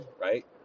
right